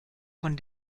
von